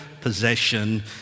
possession